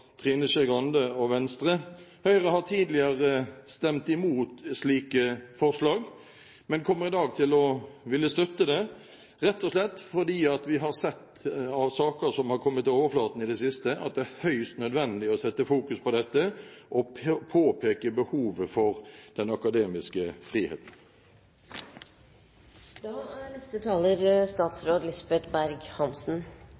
Trine Skei Grande og Venstre. Høyre har tidligere stemt imot slike forslag, men kommer i dag til å støtte det, rett og slett fordi vi har sett at av saker som har kommet til overflaten i det siste, er det høyst nødvendig å fokusere på dette og påpeke behovet for den akademiske